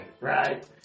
right